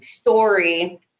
story